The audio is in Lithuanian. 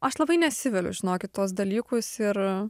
aš labai nesiveliu žinokit tuos dalykus yra